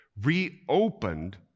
reopened